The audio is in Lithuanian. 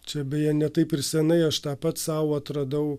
čia beje ne taip ir seniai aš tą pats sau atradau